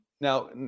Now